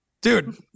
dude